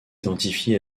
identifié